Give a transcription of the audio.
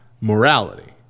morality